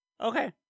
okay